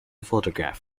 photograph